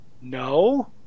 no